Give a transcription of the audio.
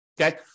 Okay